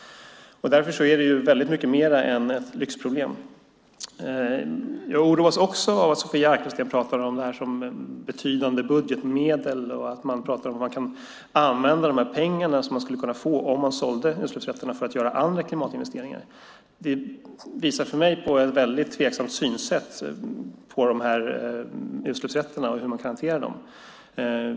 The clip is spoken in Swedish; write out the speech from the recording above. Därför är det väldigt mycket mer än ett lyxproblem. Jag oroas också av att Sofia Arkelsten pratar om det här som betydande budgetmedel och om hur man kan använda pengarna som man skulle kunna få om man sålde utsläppsrätterna till att göra andra klimatinvesteringar. Det visar för mig på ett väldigt tveksamt sätt att se på utsläppsrätterna och hur man kan hantera dem.